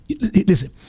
listen